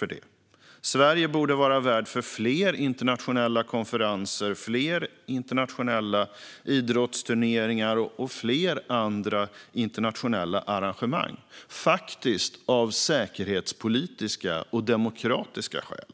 detta. Sverige borde vara värd för fler internationella konferenser, fler internationella idrottsturneringar och fler andra internationella arrangemang - faktiskt av säkerhetspolitiska och demokratiska skäl.